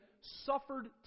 suffered